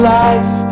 life